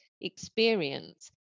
experience